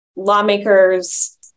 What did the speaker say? Lawmakers